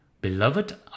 Beloved